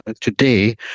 today